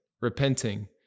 repenting